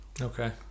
Okay